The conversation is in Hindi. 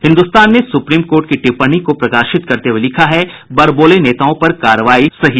हिन्दुस्तान ने सुप्रीम कोर्ट की टिप्पणी को प्रकाशित करते हुए लिखा बड़बोले नेताओं पर कार्रवाई सही